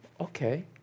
Okay